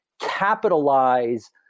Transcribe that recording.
capitalize